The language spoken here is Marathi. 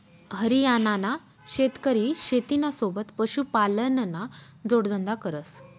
हरियाणाना शेतकरी शेतीना सोबत पशुपालनना जोडधंदा करस